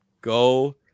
Go